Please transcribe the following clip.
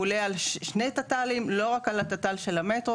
הוא עולה על שני תת"לים לא רק על התת"ל של המטרו,